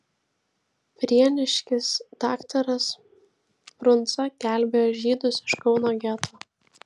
prieniškis daktaras brundza gelbėjo žydus iš kauno geto